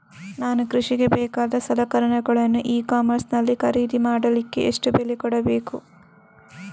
ನಾನು ಕೃಷಿಗೆ ಬೇಕಾದ ಸಲಕರಣೆಗಳನ್ನು ಇ ಕಾಮರ್ಸ್ ನಲ್ಲಿ ಖರೀದಿ ಮಾಡಲಿಕ್ಕೆ ಎಷ್ಟು ಬೆಲೆ ಕೊಡಬೇಕು?